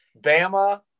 Bama